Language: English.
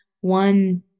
one